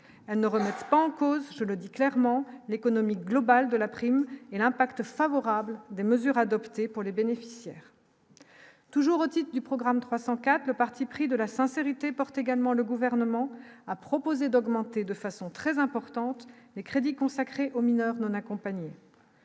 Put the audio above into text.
relevé ne remettent pas en cause, je le dis clairement l'économie globale de la prime et l'impact favorable des mesures adoptées pour les bénéficiaires, toujours au titre du programme 304 le parti pris de la sincérité porte également, le gouvernement a proposé d'augmenter de façon très importante, les crédits consacrés aux mineurs non accompagnés